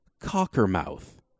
Cockermouth